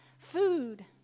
Food